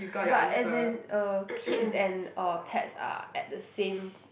but as in uh kids and or pets are at the same